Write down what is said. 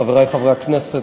חברי חברי הכנסת,